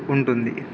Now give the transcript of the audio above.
ఉంటుంది